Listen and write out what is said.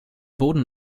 boden